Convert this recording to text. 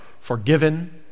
forgiven